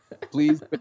Please